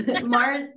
Mars